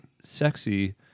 sexy